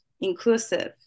inclusive